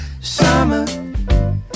Summer